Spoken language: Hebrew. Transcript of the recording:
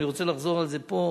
ואני רוצה לחזור על זה פה.